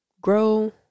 grow